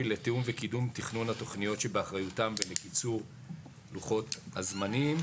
לתיאום וקידום תכנון התוכניות שבאחריותם ולקיצור לוחות הזמנים.